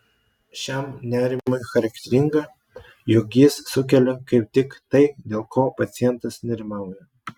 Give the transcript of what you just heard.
šiam nerimui charakteringa jog jis sukelia kaip tik tai dėl ko pacientas nerimauja